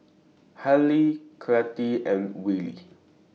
Hailee Cathi and Willy